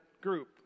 group